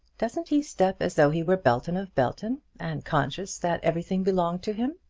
doesn't he step as though he were belton of belton, and conscious that everything belonged to him?